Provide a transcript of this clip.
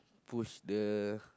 push the